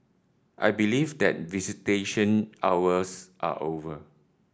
I believe that visitation hours are over